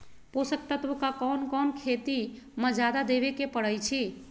पोषक तत्व क कौन कौन खेती म जादा देवे क परईछी?